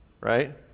Right